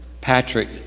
Patrick